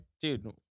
dude